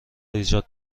ایجاد